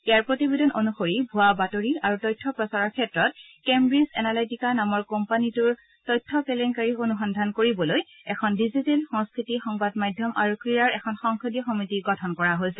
ইয়াৰ প্ৰতিবেদন অনুসৰি ভুৱা বাতৰি আৰু তথ্য প্ৰচাৰৰ ক্ষেত্ৰত কেম্ব্ৰিজ এনালাইটিকা নামৰ কোম্পানীটোৰ তথ্য কেলেংকাৰী সন্দৰ্ভত অনুসন্ধান কৰিবলৈ এখন ডিজিটেল সংস্থতি সংবাদ মাধ্যম আৰু ক্ৰীড়াৰ এখন সংসদীয় সমিতি গঠন কৰা হৈছে